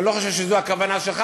ואני לא חושב שזו הכוונה שלך.